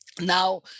Now